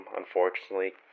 unfortunately